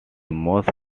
most